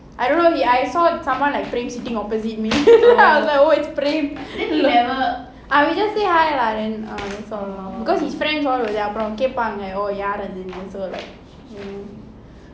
I don't know I saw someone like prem sitting opposite me I was like oh it's prem I will just say hi lah then err that's all lor because his friend all கேட்பாங்க:ketpanga oh யார் அதுனு:yaar adhunu so like